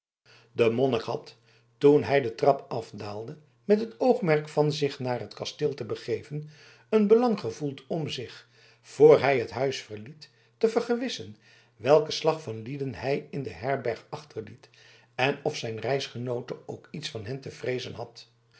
de monnik had toen hij de trap afdaalde met het oogmerk van zich naar het kasteel te begeven het belang gevoeld om zich voor hij het huis verliet te vergewissen welk slag van lieden hij in de herberg achterliet en of zijn reisgenoote ook iets van hen te vreezen had